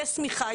יש שמיכה,